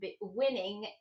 winning